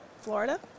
Florida